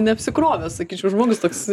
neapsikrovęs sakyčiau žmogus toks